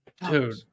dude